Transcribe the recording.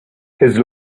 his